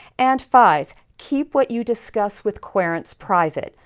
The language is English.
and five. keep what you discuss with querents private.